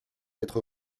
être